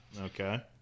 Okay